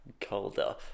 colder